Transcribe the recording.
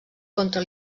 contra